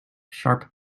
sharp